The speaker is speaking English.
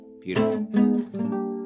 beautiful